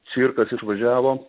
cirkas išvažiavo